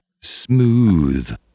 smooth